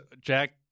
Jack